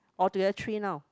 or to you all three now